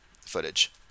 footage